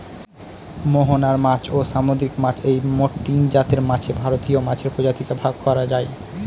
মোহনার মাছ, ও সামুদ্রিক মাছ এই মোট তিনজাতের মাছে ভারতীয় মাছের প্রজাতিকে ভাগ করা যায়